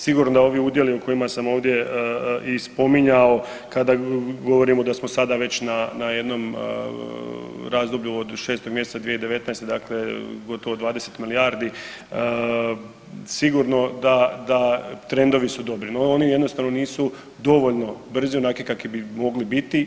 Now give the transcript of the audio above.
Sigurno da ovi udjeli o kojima sam ovdje i spominjao kada govorimo da smo sada već na jednom razdoblju od 6. mjeseca 2019. dakle gotovo 20 milijardi, sigurno da trendovi su dobri, no oni jednostavno nisu dovoljno brzi onakvi kakvi bi mogli biti.